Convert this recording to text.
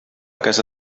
casa